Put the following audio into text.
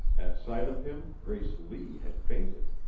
at sight of him grace lee had fainted